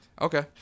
Okay